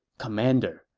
commander,